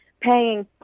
paying